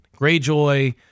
Greyjoy